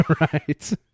Right